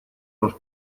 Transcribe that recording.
los